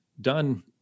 done